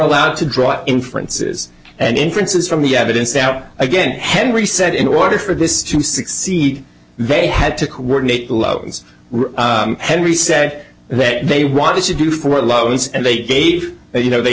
allowed to draw inferences and inferences from the evidence out again henry said in order for this to succeed they had to coordinate loans henry said that they wanted to do for loans and they gave you know they